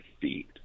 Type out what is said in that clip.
feet